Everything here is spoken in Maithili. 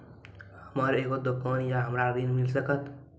हमर एगो दुकान या हमरा ऋण मिल सकत?